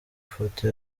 ifoto